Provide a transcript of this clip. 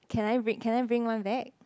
can I bring can I bring one back